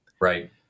Right